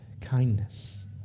kindness